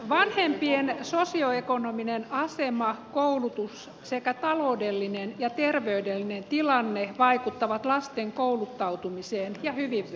vanhempien sosioekonominen asema koulutus sekä taloudellinen ja terveydellinen tilanne vaikuttavat lasten kouluttautumiseen ja hyvinvointiin